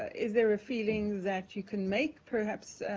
is there a feeling that you can make perhaps